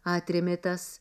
atrėmė tas